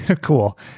cool